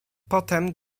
potem